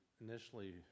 initially